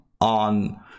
on